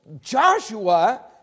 Joshua